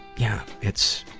yeah, it's,